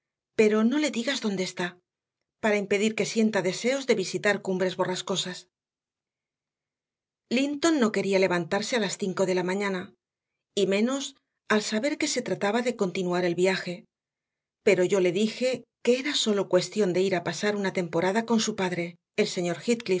pero no le digas dónde está para impedir que sienta deseos de visitar cumbres borrascosas linton no quería levantarse a las cinco de la mañana y menos al saber que se trataba de continuar el viaje pero yo le dije que era sólo cuestión de ir a pasar una temporada con su padre el señor